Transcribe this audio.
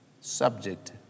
subject